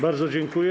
Bardzo dziękuję.